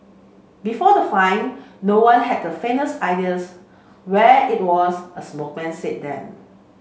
before the find no one had the faintest idea where it was a spokesman said then